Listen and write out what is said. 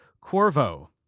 Corvo